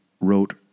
wrote